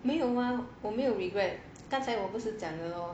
没有吗我没有 regret 刚才我不是讲了 lor